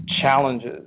challenges